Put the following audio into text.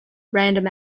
random